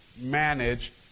manage